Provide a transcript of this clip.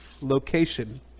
location